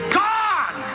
Gone